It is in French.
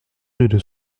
rue